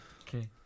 Okay